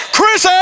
Chris